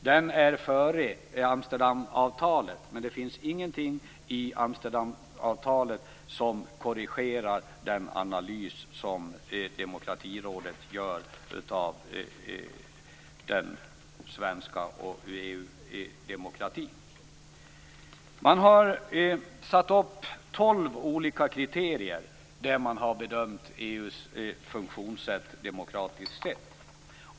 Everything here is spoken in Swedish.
Den är gjord före Amsterdamavtalet, men det finns ingenting i Amsterdamavtalet som korrigerar den analys som Demokratirådet gör av den svenska demokratin. Man har satt upp tolv olika kriterier där man har bedömt EU:s funktionssätt demokratiskt sett.